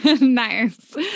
Nice